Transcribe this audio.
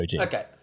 Okay